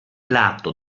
lato